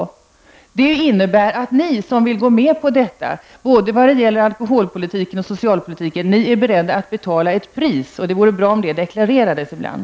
Ni som accepterar dessa konsekvenser, både när det gäller alkoholpolitiken och socialpolitiken, är beredda att betala ett pris, och det vore bra om detta deklarerades ibland.